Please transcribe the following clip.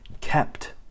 kept